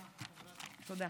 תודה,